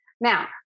Now